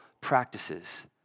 practices